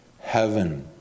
heaven